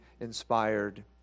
inspired